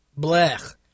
blech